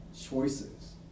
choices